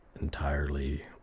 entirely